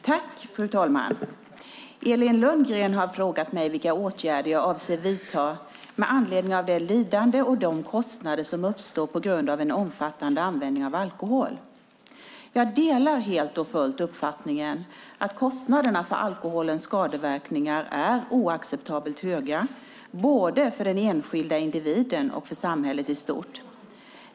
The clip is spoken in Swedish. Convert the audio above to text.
Fru talman! Elin Lundgren har frågat mig vilka åtgärder jag avser att vidta med anledning av det lidande och de kostnader som uppstår på grund av en omfattande användning av alkohol. Jag delar helt och fullt uppfattningen att kostnaderna för alkoholens skadeverkningar är oacceptabelt höga, både för den enskilda individen och för samhället i stort.